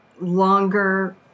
longer